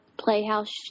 Playhouse